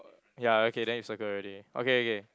ya okay then you circle already okay okay